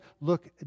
look